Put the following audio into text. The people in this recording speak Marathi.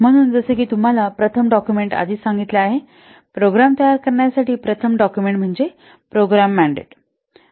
म्हणून जसे की मी तुम्हाला प्रथम डाक्युमेंट आधीच सांगितले आहे प्रोग्राम तयार करण्यासाठी प्रथम डाक्युमेंट म्हणजे प्रोग्राम मँडेट